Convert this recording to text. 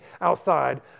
outside